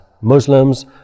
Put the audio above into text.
Muslims